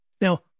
Now